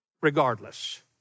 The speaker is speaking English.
regardless